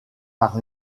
par